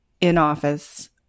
in-office